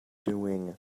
doing